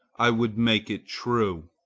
i would make it true.